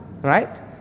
right